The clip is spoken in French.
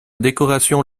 décoration